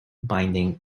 binding